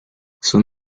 son